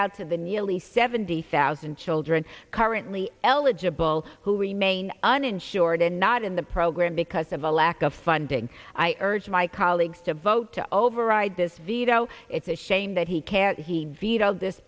out to the nearly seventy thousand children currently eligible who remain uninsured and not in the program because of a lack of funding i urge my colleagues to vote to override this veto it's a shame that he cared he vetoed this